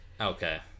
okay